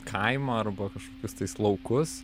kaimą arba kažkokius tais laukus